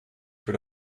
für